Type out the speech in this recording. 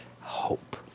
Hope